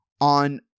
On